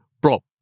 Bro